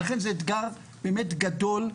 לכן זה אתגר באמת גדול,